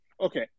Okay